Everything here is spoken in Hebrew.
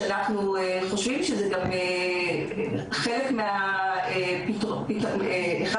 שאנחנו חושבים שזה גם חלק מהפתרונות או לפחות אחד